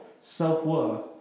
self-worth